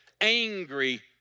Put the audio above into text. angry